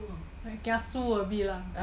like kiasu a bit lah